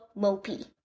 mopey